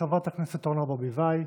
חברת הכנסת אורנה ברביבאי,